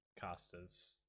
casters